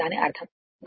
గరిష్ట విలువ 220 √2